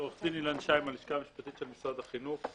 עורך דין אילן שי, הלשכה המשפטית של משרד החינוך.